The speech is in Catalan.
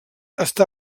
està